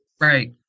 Right